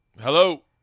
hello